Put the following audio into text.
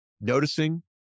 noticing